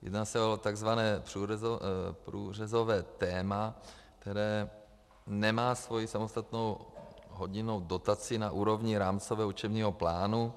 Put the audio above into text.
Jedná se o takzvané průřezové téma, které nemá svoji samostatnou hodinovou dotaci na úrovni rámcového učebního plánu.